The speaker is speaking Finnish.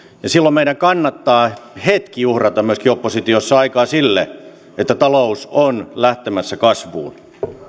ja silloin meidän kannattaa hetki uhrata myöskin oppositiossa aikaa sille että talous on lähtemässä kasvuun